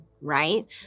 right